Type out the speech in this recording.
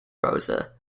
browser